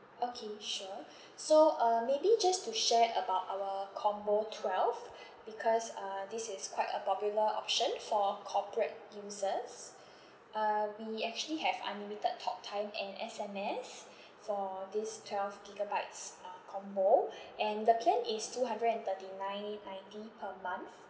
okay sure so uh maybe just to share about our combo twelve because uh this is quite a popular option for corporate users uh we actually have unlimited talktime and S_M_S for this twelve gigabytes uh combo and the plan is two hundred and thirty nine ninety per month